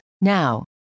Now